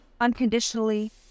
unconditionally